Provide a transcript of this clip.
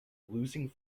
losing